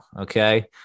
Okay